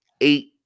eight